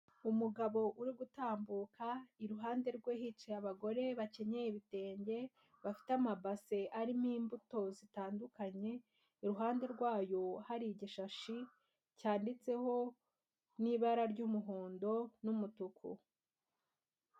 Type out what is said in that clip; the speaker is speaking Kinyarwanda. Umugabo uri gutambuka iruhande rwe hicaye abagore bakenyeye ibitenge bafite amabase arimo imbuto zitandukanye, iruhande rwayo hari igishashi cyanditseho n'ibara ry'umuhondo n'umutuku.